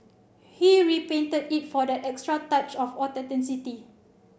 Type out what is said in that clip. he repainted it for that extra touch of authenticity